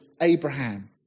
Abraham